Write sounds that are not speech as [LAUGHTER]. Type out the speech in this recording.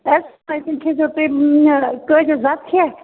[UNINTELLIGIBLE] کھیٚزیو تُہۍ کٲجَس بَتہٕ کھٮ۪تھ